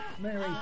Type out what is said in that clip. Mary